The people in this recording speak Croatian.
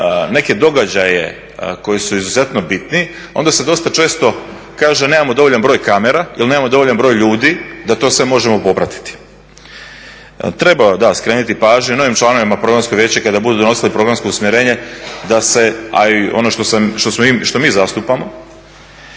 neke događaje koji su izuzetno bitni onda se dosta često kaže nemamo dovoljan broj kamera, jer nemamo dovoljan broj ljudi da to sve možemo popratiti. Trebalo je da skrenuti pažnju novim članovima programskog vijeća kada budu donosili programsko usmjerenje da se a i ono što mi zastupamo